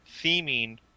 theming